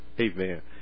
Amen